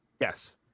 Yes